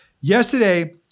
Yesterday